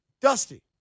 Dusty